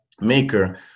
maker